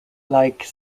like